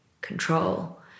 control